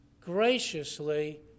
graciously